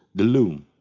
the loom.